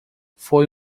foi